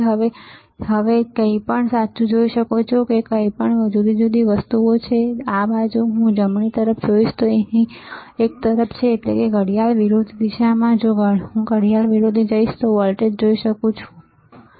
હવે તમે હવે કંઈપણ સાચું જોઈ શકો છો હવે અહીં કઈ કઈ જુદી જુદી વસ્તુઓ છે જો હું આ બાજુ જમણી તરફ જઈશ તો એક અહીં તરફ છેએટલે કે ઘડિયાળ વિરોધી દિશામાં જો હું ઘડિયાળ વિરોધી જઈશ તો હું વોલ્ટેજ જોઈ શકું છું ખરું ને